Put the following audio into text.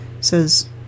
says